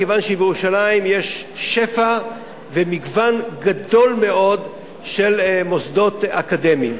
כיוון שבירושלים יש שפע ומגוון גדול מאוד של מוסדות אקדמיים.